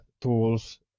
tools